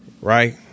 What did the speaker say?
right